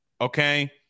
okay